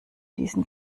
diesen